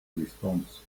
response